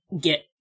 get